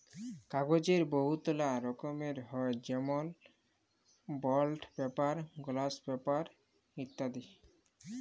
কাগ্যজের বহুতলা রকম হ্যয় যেমল বল্ড পেপার, গলস পেপার ইত্যাদি